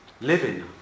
Living